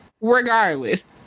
Regardless